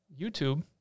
YouTube